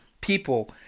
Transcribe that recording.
people